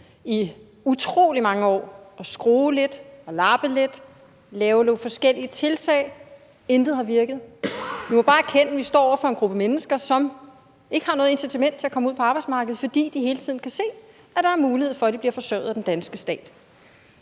i utrolig mange år at skrue lidt, lappe lidt og lave nogle forskellige tiltag. Intet har virket. Vi må bare erkende, at vi står over for en gruppe mennesker, som ikke har noget incitament til at komme ud på arbejdsmarkedet, fordi de hele tiden kan se, at der er mulighed for, at de bliver forsørget af den danske stat.